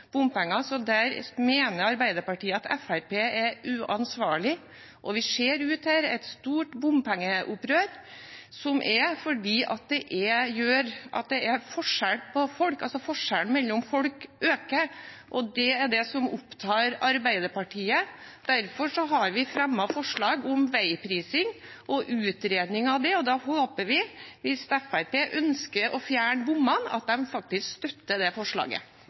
bompenger. Her mener Arbeiderpartiet at Fremskrittspartiet er uansvarlig. Vi ser at det er et stort opprør mot bompenger der ute, fordi de gjør at forskjellene mellom folk øker. Det er det som opptar Arbeiderpartiet. Derfor har vi fremmet forslag om veiprising og utredning av det. Da håper vi, hvis Fremskrittspartiet ønsker å fjerne bommene, at de støtter det forslaget.